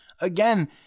Again